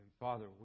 Father